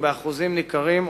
ובאחוזים ניכרים,